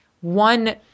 one